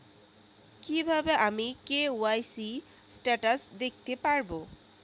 কিভাবে আমি KYC status দেখতে পারবো?